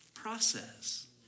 process